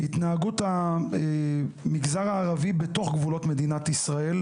ההתנהגות של המגזר הערבי בתוך גבולות מדינת ישראל,